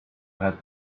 had